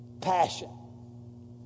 passion